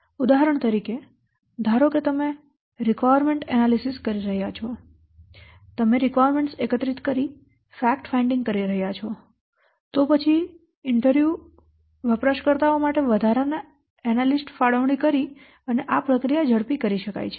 ઉદાહરણ તરીકે ધારો કે તમે આવશ્યકતા વિશ્લેષણ કરી રહ્યા છો તમે જરૂરીયાતો એકત્રિત કરી ફેક્ટ ફાઈન્ડિંગ કરી રહ્યા છો તો પછી ઇન્ટરવ્યુ વપરાશકર્તાઓ માટે વધારાના એનાલિસ્ટ ફાળવણી કરીને આ પ્રક્રિયા ઝડપી કરી શકાય છે